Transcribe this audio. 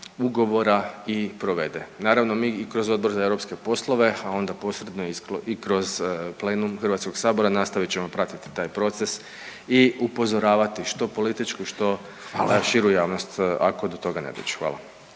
ugovora i provede. Naravno mi kroz i Odbor za europske poslove, a onda posredno i kroz plenum HS-a nastavit ćemo pratit taj proces i upozoravati što političku, što širu javnost ako do toga ne dođe. Hvala.